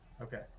Okay